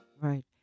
right